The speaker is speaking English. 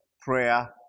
prayer